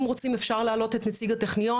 אם רוצים אפשר להעלות את נציג הטכניון